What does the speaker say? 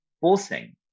forcing